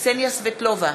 קסניה סבטלובה,